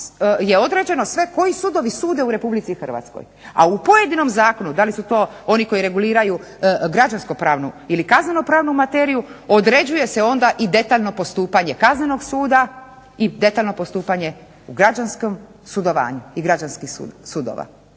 je određeno sve koji sudovi sude u Republici Hrvatskoj. A u pojedinom zakonu da li su to oni koji reguliraju građansko pravnu ili kazneno pravnu materiju određuje se onda i detaljno postupanje kaznenog suda i detaljno postupanje u građanskom sudovanju i građanskih sudova.